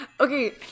okay